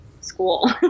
school